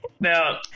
Now